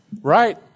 right